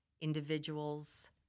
individuals